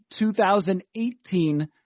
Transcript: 2018